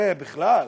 זה בכלל.